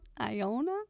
Iona